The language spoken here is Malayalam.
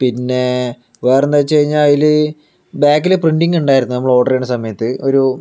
പിന്നെ വേറെന്താ വെച്ചു കഴിഞ്ഞാൽ അതിൽ ബാക്കിൽ പ്രിൻറിംഗ് ഉണ്ടായിരുന്നു നമ്മൾ ഓർഡർ ചെയ്യണ സമയത്ത് ഒരു